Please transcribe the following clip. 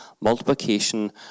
multiplication